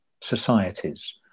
societies